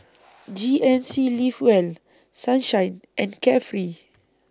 G N C Live Well Sunshine and Carefree